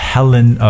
Helen